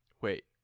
wait